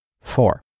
Four